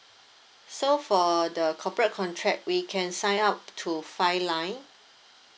so for the corporate contract we can sign up to five line